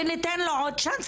וניתן לו עוד צ'אנס,